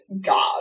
God